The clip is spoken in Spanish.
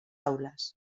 aulas